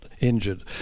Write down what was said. injured